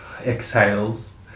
exhales